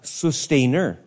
sustainer